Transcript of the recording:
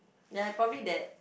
ya probably that